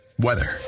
Weather